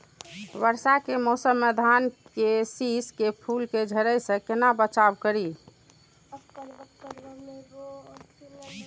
वर्षा के मौसम में धान के शिश के फुल के झड़े से केना बचाव करी?